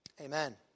amen